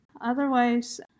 otherwise